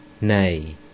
nay